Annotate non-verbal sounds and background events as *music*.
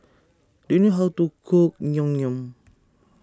*noise* do you know how to cook Naengmyeon *noise*